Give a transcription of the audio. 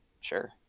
Sure